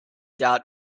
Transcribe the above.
doubt